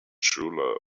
truelove